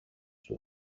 στου